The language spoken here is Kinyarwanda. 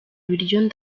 biryo